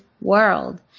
world